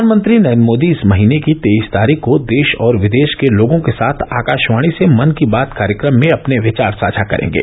प्रधानमंत्री नरेन्द्र मोदी इस महीने की तेईस तारीख को देश और विदेश के लोगों के साथ आकाशवाणी से मन की बात कार्यक्रम में अपने विचार साझा करेंगे